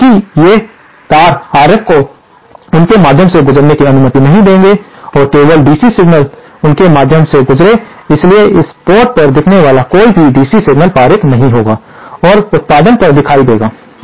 और चूंकि ये तार RF को उनके माध्यम से गुजरने की अनुमति नहीं देंगे और केवल डीसी उनके माध्यम से गुजरें इसलिए इस पोर्ट पर दिखने वाला कोई भी DC सिग्नल पारित होगा और उत्पादन पर दिखाई देगा